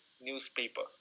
newspaper